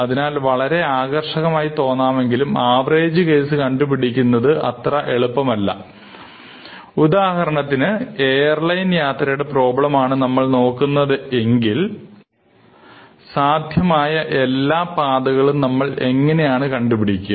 അതിനാൽ വളരെ ആകർഷകമായി തോന്നാമെങ്കിലും ആവറേജ് കേസ് കണ്ടുപിടിക്കുക എന്നത് അത്ര എളുപ്പമല്ല ഉദാഹരണത്തിന് എയർലൈൻ യാത്രയുടെ പ്രോബ്ലം ആണ് നമ്മൾ നോക്കുന്നതെങ്കിൽ സാധ്യമായ എല്ലാ പാതകളും നമ്മൾ എങ്ങനെയാണ് കണ്ടുപിടിക്കുക